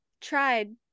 tried